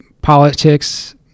Politics